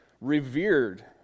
revered